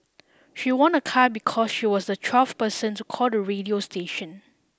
she won a car because she was the twelfth person to call the radio station